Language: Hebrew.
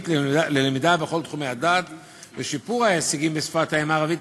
ללמידה בכל תחומי הדעת ושיפור ההישגים בשפת האם הערבית